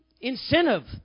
incentive